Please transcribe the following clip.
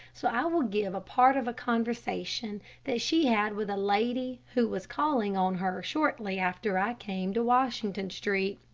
so i will give part of a conversation that she had with a lady who was calling on her shortly after i came to washington street.